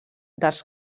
dels